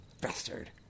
bastard